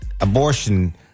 abortion